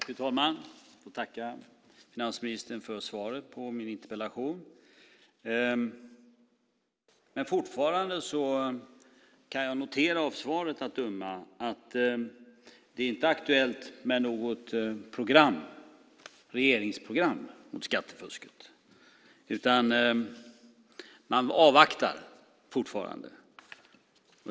Fru talman! Jag vill tacka finansministern för svaret på min interpellation. Fortfarande kan jag av svaret att döma notera att det inte är aktuellt med något regeringsprogram mot skattefusket, utan man avvaktar fortfarande.